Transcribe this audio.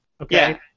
Okay